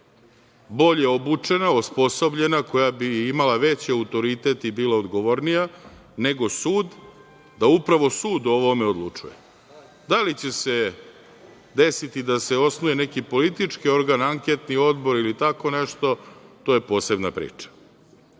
bolje obučena, osposobljena, koja bi imala veći autoritet i bila odgovornija nego sud, da upravo sud o ovome odlučuje. Da li će se desiti da se osnuje neki politički organ, anketni odbor ili tako nešto, to je posebna priča. Mislim